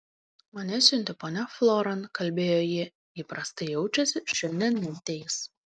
mane siuntė ponia floran kalbėjo ji ji prastai jaučiasi šiandien neateis